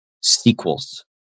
sequels